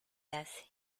hace